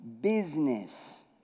business